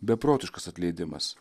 beprotiškas atleidimas